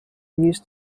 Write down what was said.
used